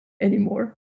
anymore